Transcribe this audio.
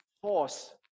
force